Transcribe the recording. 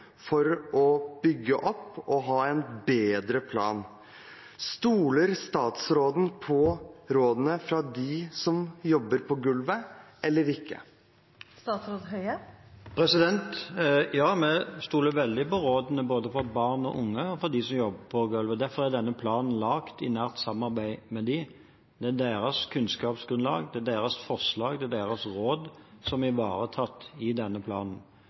for at de skal bygge opp og ha en bedre plan. Stoler statsråden på rådene fra dem som jobber på gulvet, eller ikke? Ja, vi stoler veldig på rådene både fra barn og unge og fra dem som jobber på gulvet. Derfor er denne planen laget i nært samarbeid med dem. Deres kunnskapsgrunnlag, deres forslag og deres råd er ivaretatt i denne planen.